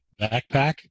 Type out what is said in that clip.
backpack